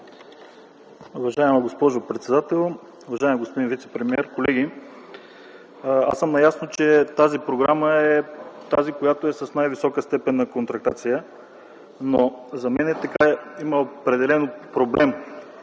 Уважаема госпожо председател, уважаеми господин вицепремиер, колеги! Аз съм наясно, че тази програма е с най-висока степен на контрактация, но за мен има определен проблем,